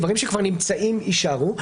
דברים שכבר נמצאים יישארו.